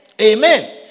Amen